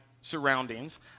surroundings